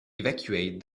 evacuate